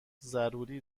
ضروری